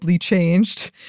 changed